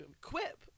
quip